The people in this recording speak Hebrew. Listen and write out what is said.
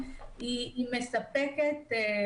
לתגבר